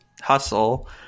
hustle